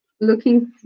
looking